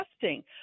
testing